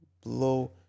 Blow